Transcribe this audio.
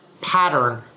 pattern